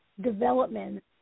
development